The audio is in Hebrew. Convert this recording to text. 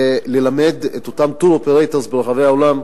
וללמד את אותם tour operators ברחבי העולם,